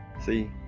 See